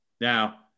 Now